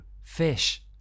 fish